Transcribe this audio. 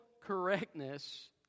correctness